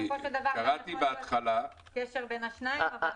אין קשר בין השניים.